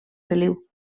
feliu